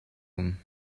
loom